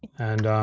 and